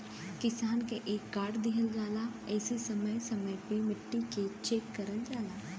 किसान के एक कार्ड दिहल जाला जेसे समय समय पे मट्टी के चेक करल जाला